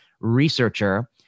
researcher